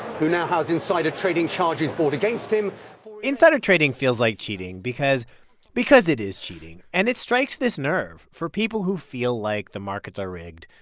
who now has insider trading charges brought against him insider trading feels like cheating because because it is cheating. and it strikes this nerve for people who feel like the markets are rigged.